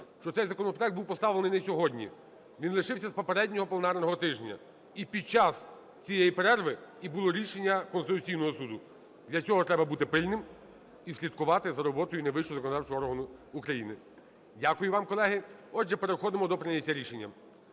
що цей законопроект був поставлений не сьогодні, він лишився з попереднього пленарного тижня. І під час цієї перерви і було рішення Конституційного Суду. Для цього треба бути пильним і слідкувати за роботою найвищого законодавчого органу України.Дякую вам, колеги. Отже, переходимо до прийняття рішення.